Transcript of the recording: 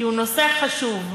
כי הוא נושא חשוב,